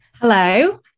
Hello